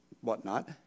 whatnot